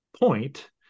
point